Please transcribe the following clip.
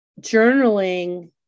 journaling